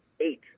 Eight